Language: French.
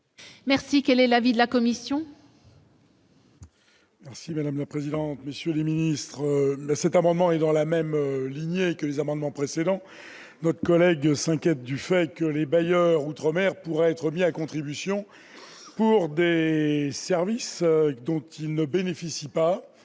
Quel est l'avis de la commission ?